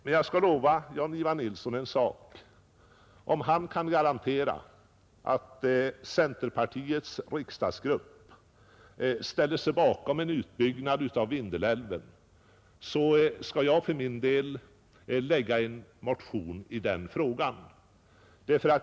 Men jag skall lova Jan-Ivan Nilsson i Tvärålund att om han kan garantera att centerpartiets hela riksdagsgrupp ställer sig bakom en utbyggnad av Vindelälven, så skall jag för min del väcka en motion i den frågan.